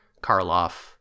karloff